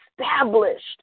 established